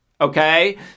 Okay